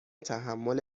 تحمل